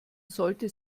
sollte